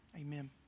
Amen